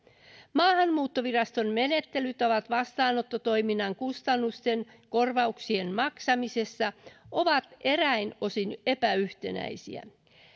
maahanmuuttoviraston menettelytavat vastaanottotoiminnan kustannusten korvauksien maksamisessa ovat eräin osin epäyhtenäisiä